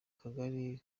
kagari